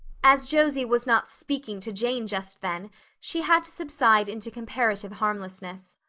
as josie was not speaking to jane just then she had to subside into comparative harmlessness.